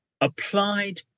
applied